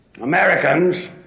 Americans